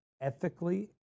ethically